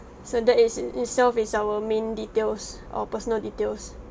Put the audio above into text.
so that is in itself is our main details or personal details